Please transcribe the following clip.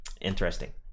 interesting